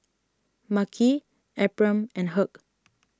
Makhi Ephram and Hugh